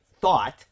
thought